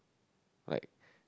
like